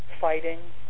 fighting